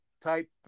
Type